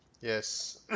Yes